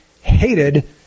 hated